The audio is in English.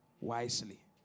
wisely